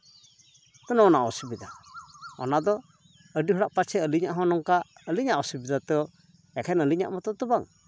ᱛᱟᱞᱦᱮ ᱚᱱᱟ ᱚᱥᱩᱵᱤᱫᱟ ᱚᱱᱟ ᱫᱚ ᱟᱹᱰᱤ ᱦᱚᱲᱟᱜ ᱯᱟᱪᱮᱫ ᱟᱹᱞᱤᱧᱟᱜ ᱦᱚᱸ ᱱᱚᱝᱠᱟ ᱟᱹᱞᱤᱧᱟᱜ ᱚᱥᱩᱵᱤᱫᱟ ᱫᱚ ᱮᱠᱷᱮᱱ ᱟᱹᱞᱤᱧᱟᱜ ᱢᱚᱛᱚ ᱫᱚ ᱵᱟᱝ